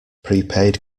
prepaid